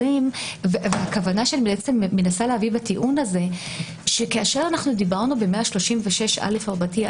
הכוונה שאני מנסה להביא בטיעון הזה היא שכאשר דיברנו ב-136א רבתי,